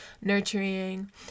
nurturing